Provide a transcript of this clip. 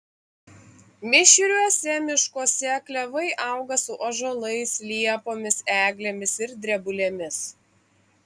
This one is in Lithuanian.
mišriuose miškuose klevai auga su ąžuolais liepomis eglėmis ir drebulėmis